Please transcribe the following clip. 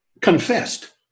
confessed